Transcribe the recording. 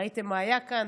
ראיתם מה היה כאן,